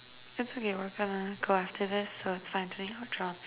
that's okay we're gonna go after this so it's fine